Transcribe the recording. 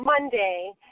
Monday